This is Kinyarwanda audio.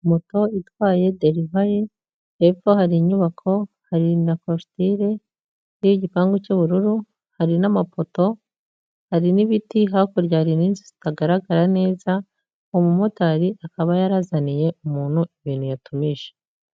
Moto itwaye delivari, hepfo hari inyubako, hari na koritire iriho igipangu cy'ubururu, hari n'amapoto, hari n'ibiti, hakurya hari n'inzu zitagaragara neza, uwo mumotari akaba yarazaniye umuntu ibintu yatumije.